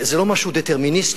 זה לא משהו דטרמיניסטי,